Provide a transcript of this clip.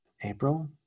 April